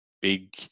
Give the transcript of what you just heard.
big